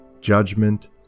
judgment